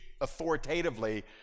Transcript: authoritatively